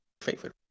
favorite